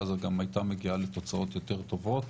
ואז גם היתה מגיעה לתוצאות יותר טובות.